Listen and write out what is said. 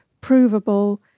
provable